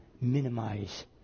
minimize